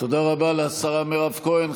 תודה רבה לשרה מירב כהן.